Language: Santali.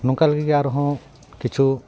ᱱᱚᱝᱠᱟ ᱞᱮᱠᱟ ᱜᱮ ᱟᱨᱦᱚᱸ ᱠᱤᱪᱷᱩ